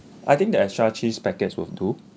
I think the extra cheese packets will do